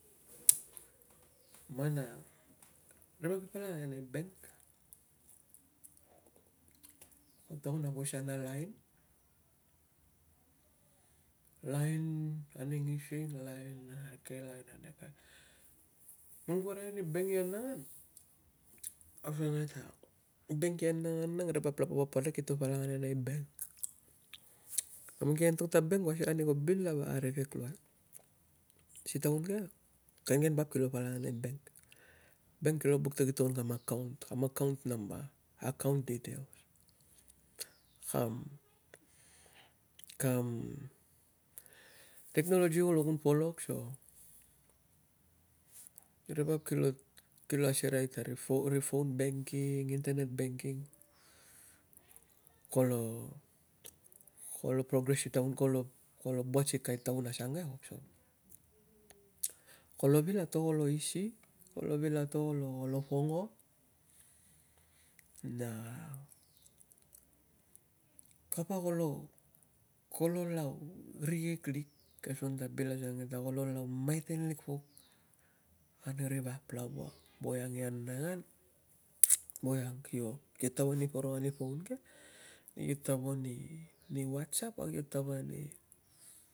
Mana tarung palak ane nei bank. ko tongon poisan a lain, lain ane ngising, lain ane ke, lain ane ve. Man ku arai na bank i anangan, ave leng ke ta, bank i anangan, ri vap lava, papalik kito palak ane nei bank. Man ki anto ta bank kuvo asek ta ko bil arikek i uai, si taun ke, kainkain vap kilo palak ane nei bank. Bank kilo buk account kam ta account namba, account details, kam, kam technology ngolo kun polok so ri vap kilo, kilo asereai t atari phone banking, internet banking, kolo, kolo progress si taun ke, kolo buat si taun asuang ke, kolo vil a to kolo isi, kolo vil a to kolo, kolo PNGo, na kapa, kolo, kolo lau rikek lik a, asuang ke, bil asuang ke ta kolo laun mataan lik puk, ani ri vap lava we ang i anangan, we nag kio tau wa ri poro ane phone ke, kio tau a ari whatsapp na tau ari